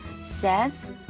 says